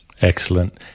Excellent